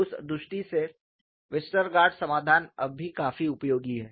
उस दृष्टि से वेस्टरगार्ड समाधान अभी भी काफी उपयोगी है